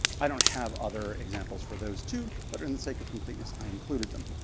i don't have other examples for those two, but in the sake of completeness, i includes them.